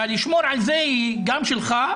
והלשמור על זה גם שלך,